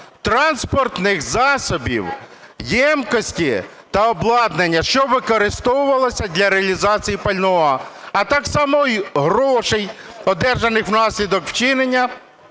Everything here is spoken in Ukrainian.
транспортних засобів, ємкості та обладнання, що використовувалося для реалізації пального, а так само і грошей одержаних внаслідок вчинення